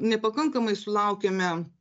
nepakankamai sulaukėme